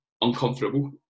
uncomfortable